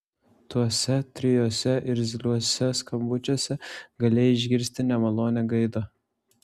tuose trijuose irzliuose skambučiuose galėjai išgirsti nemalonią gaidą